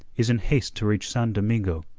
is in haste to reach san domingo.